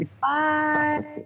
Bye